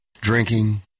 Drinking